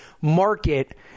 market